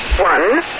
one